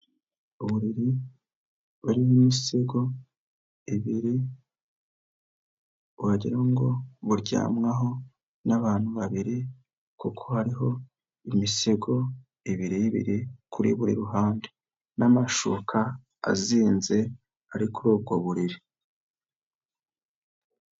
Uburiri burimo imisego ibiri wagira ngo buryamwaho n'abantu babiri kuko hariho imisego ibiri ibiri kuri buri ruhande n'amashuka azinze ari kuri ubwo buriri.